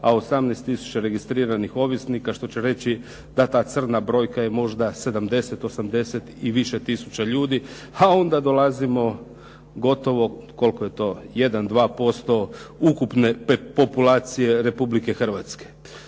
a 18000 registriranih ovisnika što će reći da ta crna brojka je možda 70, 80 i više tisuća ljudi. A onda dolazimo gotovo koliko je to jedan, dva posto ukupne populacije Republike Hrvatske.